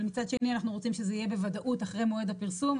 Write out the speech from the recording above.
אבל מצד שני אנחנו רוצים שזה יהיה בוודאות אחרי מועד הפרסום.